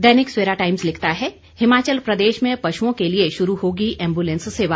दैनिक Savera Times लिखता है हिमाचल प्रदेश में पशुओं के लिए शुरू होगी एंबुलैंस सेवा